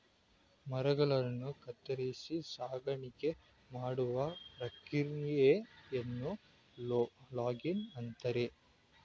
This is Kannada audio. ಮರಗಳನ್ನು ಕತ್ತರಿಸಿ ಸಾಗಾಣಿಕೆ ಮಾಡುವ ಪ್ರಕ್ರಿಯೆಯನ್ನು ಲೂಗಿಂಗ್ ಅಂತರೆ